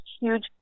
huge